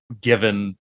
given